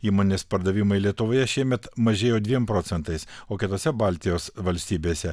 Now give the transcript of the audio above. įmonės pardavimai lietuvoje šiemet mažėjo dviem procentais o kitose baltijos valstybėse